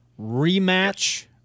Rematch